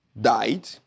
died